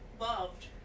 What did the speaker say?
loved